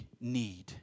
need